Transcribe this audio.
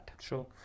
Sure